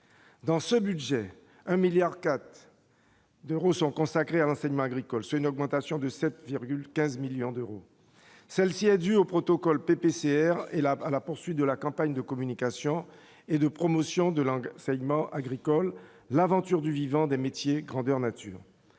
dans ce budget un milliard 4 d'euros sont consacrés à l'enseignement agricole, c'est une augmentation de 7,15 millions d'euros, celle-ci a dû au protocole PPCR et là, à la poursuite de la campagne de communication et de promotion de langue segments agricoles, l'aventure du vivant des métiers, grandeur nature,